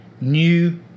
New